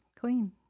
clean